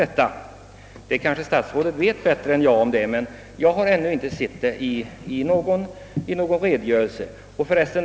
Det kanske statsrådet känner till bättre än jag, men jag har ännu inte sett det i någon redogörelse.